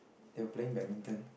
they were playing badminton